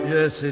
Yes